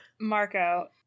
Marco